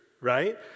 Right